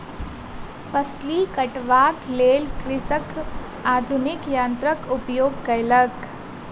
फसिल कटबाक लेल कृषक आधुनिक यन्त्रक उपयोग केलक